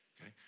Okay